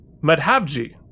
Madhavji